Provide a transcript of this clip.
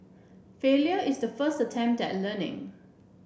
failure is the first attempt at learning